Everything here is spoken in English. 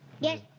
Yes